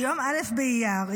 ביום א' באייר,